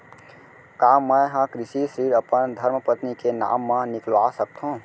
का मैं ह कृषि ऋण अपन धर्मपत्नी के नाम मा निकलवा सकथो?